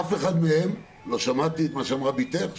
מאף אחד מהם לא שמעתי את מה שאמרה בתך,